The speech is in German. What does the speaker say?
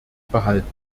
behalten